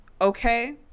Okay